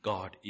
God